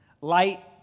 Light